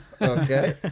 Okay